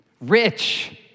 rich